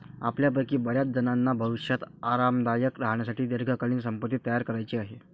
आपल्यापैकी बर्याचजणांना भविष्यात आरामदायक राहण्यासाठी दीर्घकालीन संपत्ती तयार करायची आहे